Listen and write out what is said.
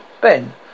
Ben